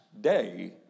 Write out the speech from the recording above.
day